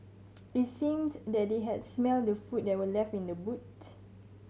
it seemed that they had smelt the food that were left in the boot